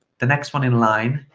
the next one in line,